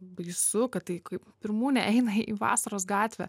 baisu kad tai kaip pirmūnė eina į vasaros gatvę